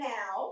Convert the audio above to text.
Now